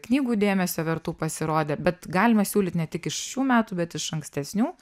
knygų dėmesio vertų pasirodė bet galima siūlyt ne tik iš šių metų bet iš ankstesnių